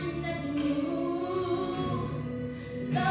you know